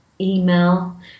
email